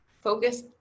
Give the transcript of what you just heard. focus